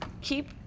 keep